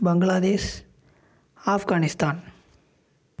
Bangladesh Afghanistan